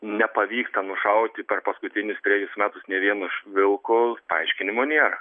nepavyksta nušauti per paskutinius trejus metus nei vieno vilko paaiškinimo nėra